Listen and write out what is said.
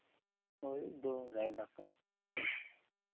वही दो ढाई लाख का